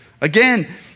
Again